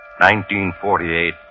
1948